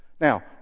Now